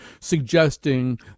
suggesting